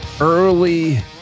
early